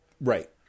Right